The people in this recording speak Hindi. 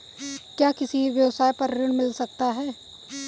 क्या किसी व्यवसाय पर ऋण मिल सकता है?